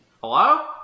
Hello